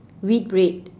wheat bread